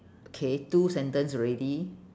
okay two sentence already